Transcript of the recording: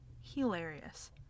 hilarious